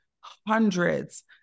hundreds